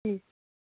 ठीक